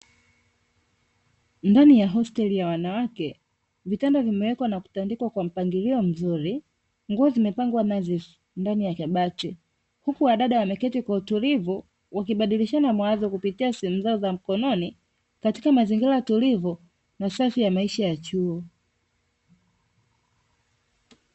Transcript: Ndani ya hosteli ya wanawake, vitanda vimewekwa na kutandikwa kwa mpangilio mzuri, nguo zimepangwa nadhifu ndani ya kabati. Huku wadada wameketi kwa utulivu wakibadilishana mawazo kupitia simu zao za mkononi, katika mazingira tulivu na safi ya maisha ya chuo.